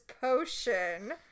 potion